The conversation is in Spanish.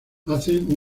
hacen